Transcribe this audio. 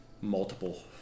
multiple